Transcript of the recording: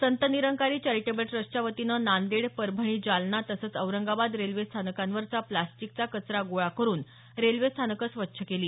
संत Nirankari charitable ट्रस्टच्या वतीने नांदेड परभणी जालना तसंच औरंगाबाद रेल्वे स्थानकांवरचा प्लास्टिकचा कचरा गोळा करून रेल्वे स्थानकं स्वच्छ केली